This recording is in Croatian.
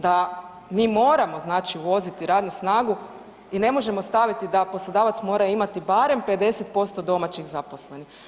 Da mi moramo znači uvoziti radnu snagu i ne možemo staviti da poslodavac mora imati barem 50% domaćih zaposlenih.